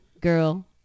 girl